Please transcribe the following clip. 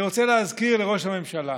אני רוצה להזכיר לראש הממשלה